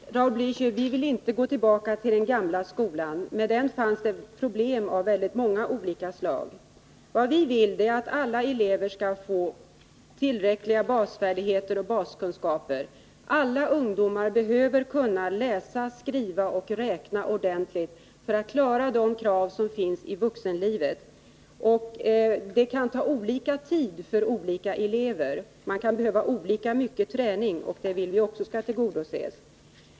Herr talman! Vi vill inte, Raul Bläöcher, gå tillbaka till den gamla skolan. När det gäller den fanns det problem av många olika slag. Vad vi vill är att alla elever skall få tillräckliga basfärdigheter och baskunskaper. Alla ungdomar behöver kunna läsa, skriva och räkna ordentligt för att klara kraven i vuxenlivet. Det kan ta olika lång tid för olika elever, och man kan behöva olika mycket träning. Detta vill vi också skall tillgodoses.